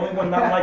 one not